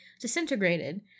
disintegrated